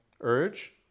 urge